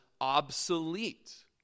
obsolete